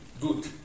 good